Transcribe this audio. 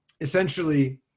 essentially